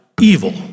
evil